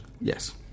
Yes